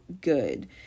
good